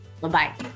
Bye-bye